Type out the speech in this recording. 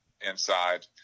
inside